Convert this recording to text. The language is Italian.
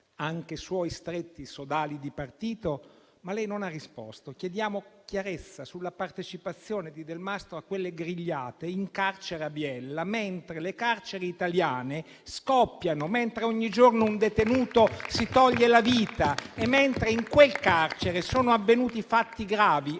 anche suoi stretti sodali di partito. Ma lei non ha risposto. Chiediamo chiarezza sulla partecipazione di Delmastro a quelle grigliate, in carcere a Biella, mentre le carceri italiane scoppiano, mentre ogni giorno un detenuto si toglie la vita e mentre in quel carcere sono avvenuti fatti gravi,